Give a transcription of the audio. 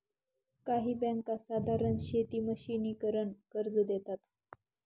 काही बँका साधारण शेती मशिनीकरन कर्ज देतात